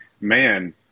man